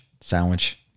sandwich